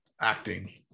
acting